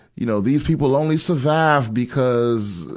you know, these people only survived because,